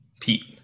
Pete